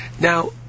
Now